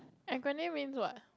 acronym means what